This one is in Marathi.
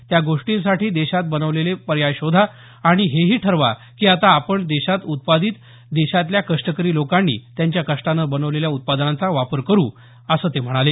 त्या गोष्टींसाठी देशात बनवलेले पर्याय शोधा आणि हेही ठरवा की आता आपण देशात उत्पादित देशातल्या कष्टकरी लोकांनी त्यांच्या कष्टानं बनवलेल्या उत्पादनांचा वापर करू असं ते म्हणाले